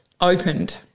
opened